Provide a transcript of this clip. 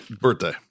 birthday